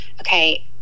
okay